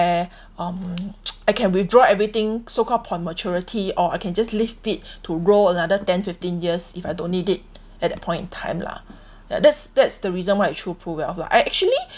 where um I can withdraw everything so called upon maturity or I can just leave it to grow another ten fifteen years if I don't need it at that point in time lah that's that's the reason why I chose PRUWealth lah I actually